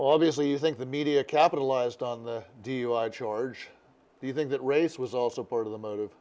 obviously you think the media capitalized on the dui charge do you think that race was also part of the motive